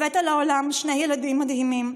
הבאת לעולם שני ילדים מדהימים,